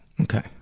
Okay